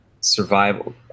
Survival